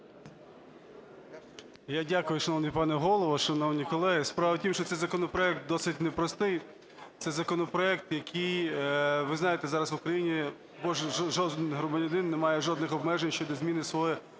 Я дякую, шановний пане Голово. Шановні колеги, справа в тім, що цей законопроект досить непростий. Це законопроект, який, ви знаєте, зараз в Україні жоден громадянин не має жодних обмежень щодо зміни свого